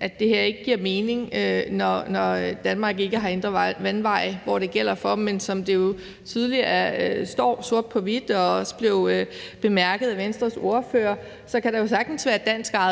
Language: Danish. at det her ikke giver mening, når Danmark ikke har indre vandveje, som det gælder for. Men som det jo tydeligt står sort på hvidt og også blev bemærket af Venstres ordfører, kan der jo sagtens være danskejede